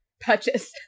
purchase